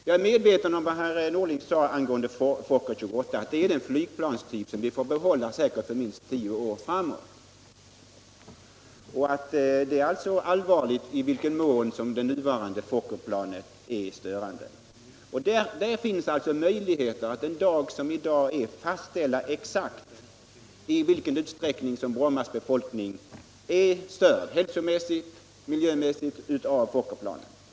Jag är medveten om att Fokker F 28, som herr Norling sade, är en flygplanstyp som vi säkert får behålla minst tio år till. Det finns möjligheter att den dag som i dag är exakt fastställa i vilken utsträckning Brommas befolkning blir störd hälsomässigt och miljömässigt.